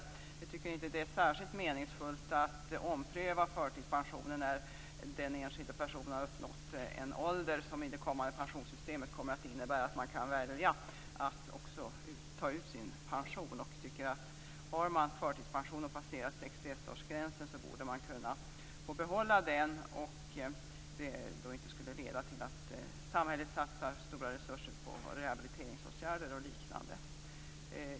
Jag tycker emellertid inte att det är särskilt meningsfullt att ompröva förtidspensionen när den enskilde personen har uppnått en ålder som i det kommande pensionssystemet innebär att det går att välja att ta ut sin pension. Har man förtidspension och har passerat 61-årsgränsen borde man kunna få behålla förtidspensionen utan att detta leder till att samhället satsar stora resurser på rehabiliteringsåtgärder o.d.